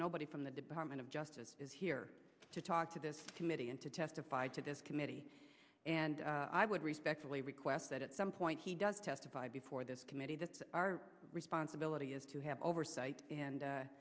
nobody from the department of justice is here to talk to this committee and to testified to this committee and i would respectfully request that at some point he does testify before this committee that's our responsibility is to have oversight